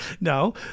No